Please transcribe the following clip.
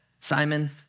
Simon